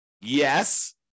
Yes